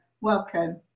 welcome